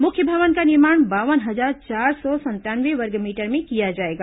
मुख्य भवन का निर्माण बावन हजार चार सौ संतानवे वर्गमीटर में किया जाएगा